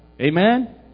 Amen